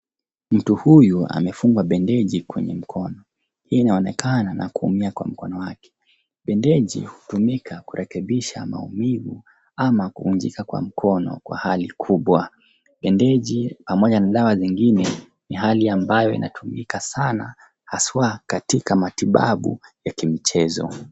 Mtu huyu amefunga bendeji kwenye mkono. Hii inaonekana na kuumia kwa mkono wake. Bendeji hutumika kurekebisha maumivu ama kuvunjika kwa mkono kwa hali kubwa. Bendeji pamoja na dawa zingine ni hali ambayo inatumika sana haswa katika matibabu ya kimchezo.